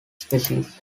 species